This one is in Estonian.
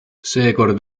seekord